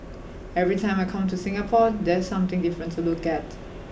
every time I come to Singapore there's something different to look at